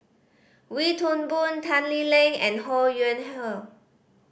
Wee Toon Boon Tan Lee Leng and Ho Yuen Hoe